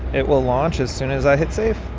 it will launch as soon as i hit save